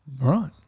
Right